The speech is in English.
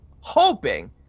hoping